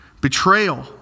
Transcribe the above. betrayal